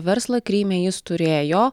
verslą kryme jis turėjo